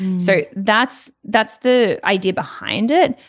so that's that's the idea behind it.